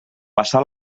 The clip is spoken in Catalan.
passà